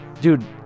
dude